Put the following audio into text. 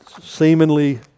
seemingly